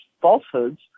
falsehoods